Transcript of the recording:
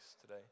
today